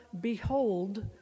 behold